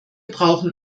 brauchen